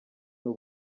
n’u